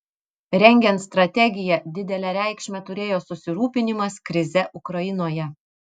rengiant strategiją didelę reikšmę turėjo susirūpinimas krize ukrainoje